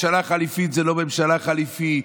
ממשלה חליפית זה לא ממשלה חליפית,